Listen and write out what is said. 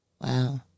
Wow